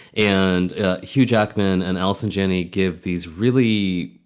and hugh jackman and allison janney give these. really?